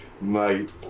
mate